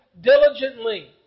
diligently